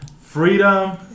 Freedom